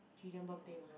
gillian birthday mah